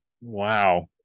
wow